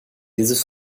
dieses